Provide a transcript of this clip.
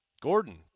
Gordon